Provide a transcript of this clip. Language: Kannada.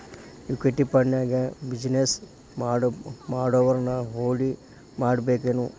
ಇಕ್ವಿಟಿ ಫಂಡ್ನ್ಯಾಗ ಬಿಜಿನೆಸ್ ಮಾಡೊವ್ರನ ಹೂಡಿಮಾಡ್ಬೇಕೆನು?